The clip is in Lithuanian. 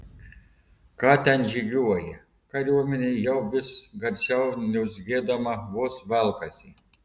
ką ten žygiuoja kariuomenė jau vis garsiau niurzgėdama vos velkasi